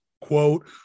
quote